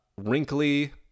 wrinkly